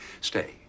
Stay